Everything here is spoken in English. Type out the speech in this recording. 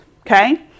Okay